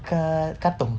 kat katong